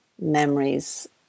memories